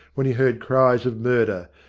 when he heard cries of murder,